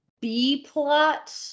B-plot